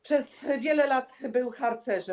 Przez wiele lat był harcerzem.